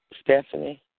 Stephanie